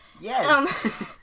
Yes